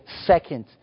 second